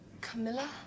Camilla